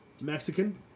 Mexican